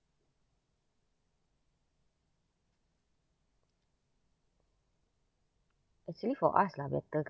actually for us lah better